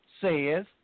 says